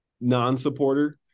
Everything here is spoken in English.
non-supporter